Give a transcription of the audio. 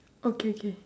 okay okay